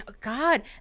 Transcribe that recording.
god